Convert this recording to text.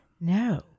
No